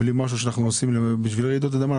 בלי משהו שאנחנו עושים בשביל רעידות האדמה?